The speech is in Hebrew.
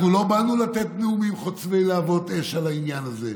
אנחנו לא באנו לתת נאומים חוצבי להבות אש על העניין הזה.